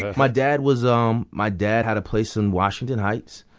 my dad was um my dad had a place in washington heights.